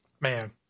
Man